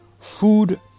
Food